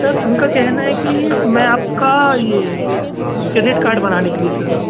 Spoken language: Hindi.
सर उनका कहना है कि मैं आपका ये क्रेडिट कार्ड बनाने के लिए सर